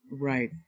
Right